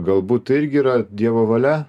galbūt tai irgi yra dievo valia